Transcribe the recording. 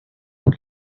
por